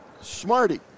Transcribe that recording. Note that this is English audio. Smarty